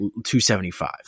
275